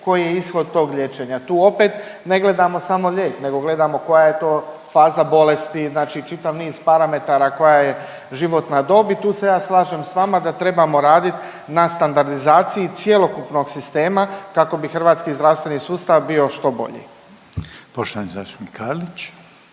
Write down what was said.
koji je ishod tog liječenja. Tu opet ne gledamo samo lijek, nego gledamo koja je to faza bolesti, znači čitav niz parametara koja je životna dob i tu se ja slažem s vama da trebamo radit na standardizaciji cjelokupnog sistema kako bi hrvatski zdravstveni sustav bio što bolji. **Reiner, Željko